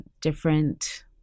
different